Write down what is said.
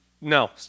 no